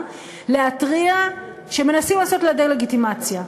להתריע שמנסים לעשות לה דה-לגיטימציה.